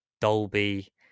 Dolby